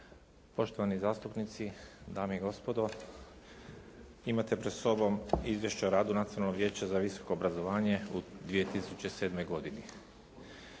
poštovani zastupnici, dame i gospodo. Imate pred sobom Izvješće o radu Nacionalnog vijeća za visoko obrazovanje u 2007. godini.